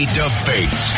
debate